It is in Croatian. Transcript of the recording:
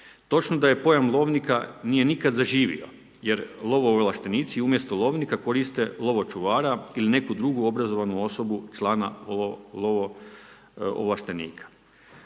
Točno da pojam lovnika nije nikada zaživio jer lovo ovlaštenici umjesto lovnika koriste lovočuvara ili neku drugu obrazovanu osobu člana lovo ovlaštenika.